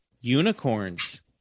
Unicorns